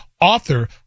author